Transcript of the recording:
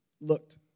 looked